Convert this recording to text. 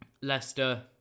Leicester